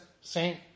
Saint